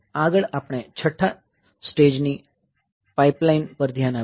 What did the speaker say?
આગળ આપણે છઠ્ઠા સ્ટેજ ની પાઇપલાઇન પર ધ્યાન આપીશું